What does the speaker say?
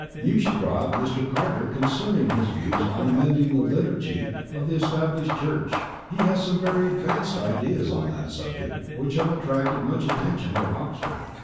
you should draw out mr. carter concerning his views on amending the liturgy of the established church. he has some very advanced ideas on that subject which have attracted much attention at oxford.